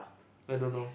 I don't know